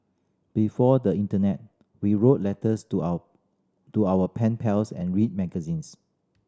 before the internet we wrote letters to our to our pen pals and read magazines